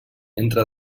entre